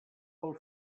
pel